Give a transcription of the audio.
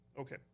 okay